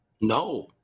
No